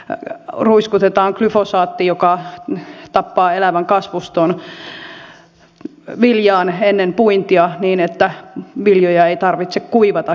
siellä ruiskutetaan glyfosaatti joka tappaa elävän kasvuston viljaan ennen puintia niin että viljoja ei tarvitse kuivata